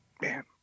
Man